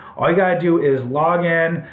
got to do is log in,